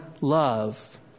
love